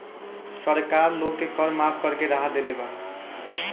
सरकार लोग के कर माफ़ करके राहत देले बा